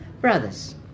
brothers